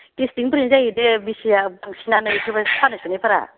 गेस्टिकनिफ्राायनो जायो बे बिसिआ बांसिनानो बेफोरबायदि सानाय सुनायफोरा